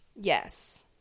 yes